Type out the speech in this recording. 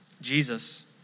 Jesus